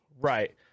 Right